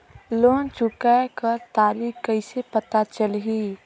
Loan चुकाय कर तारीक कइसे पता चलही?